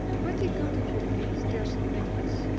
pretty good, if you please, dear st. nicholas,